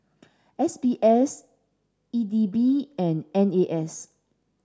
S B S E D B and N A S